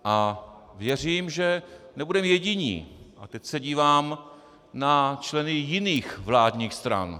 A věřím, že nebudeme jediní teď se dívám na členy jiných vládních stran.